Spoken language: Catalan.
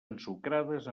ensucrades